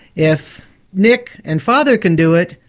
if nick and father can do it,